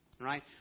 right